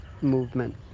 movement